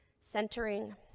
centering